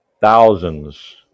thousands